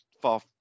far